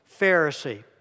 Pharisee